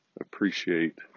appreciate